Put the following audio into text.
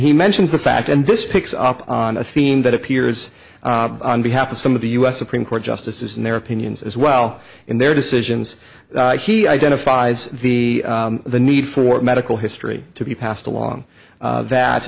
he mentions the fact and this picks up on a theme that appears on behalf of some of the u s supreme court justices and their opinions as well in their decisions he identifies the the need for medical history to be passed along that